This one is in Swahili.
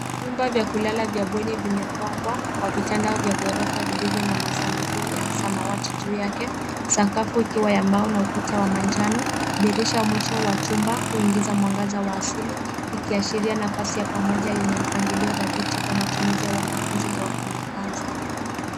Vyumba vya kulala vya bweni vimepangwa kwa vitanda vya ghorofa vilivyo na masanduku ya samawati juu yake, sakafu ikiwa ya mbao na ukuta wa manjano, dirisha mwisho wa chumba huingiza mwangaza wa asili ikiashiria nafasi ya pamoja yenye mpangilio dhabiti kwa matumizi ya wanafunzi au wafanyakazi.